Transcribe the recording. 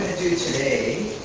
do today